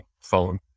phone